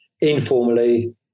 informally